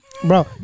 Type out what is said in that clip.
bro